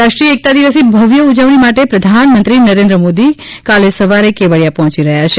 રાષ્ટ્રીય એકતા દિવસની ભવ્ય ઊજવણી માટે પ્રધાનમંત્રી નરેન્દ્ર મોદી કાલે સવારે કેવડીયા પહોંચી રહ્યા છે